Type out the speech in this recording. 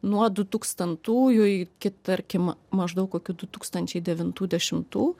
nuo du tūkstantųjų iki tarkim maždaug kokių du tūkstančiai devintų dešimtų